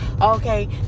okay